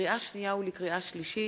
לקריאה שנייה ולקריאה שלישית,